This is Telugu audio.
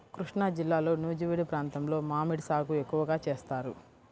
కృష్ణాజిల్లాలో నూజివీడు ప్రాంతంలో మామిడి సాగు ఎక్కువగా చేస్తారు